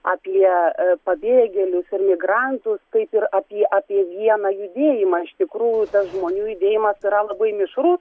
apie pabėgėlius ir migrantus tai ir apie apie vieną judėjimą iš tikrųjų tas žmonių judėjimas yra labai mišru